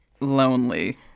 lonely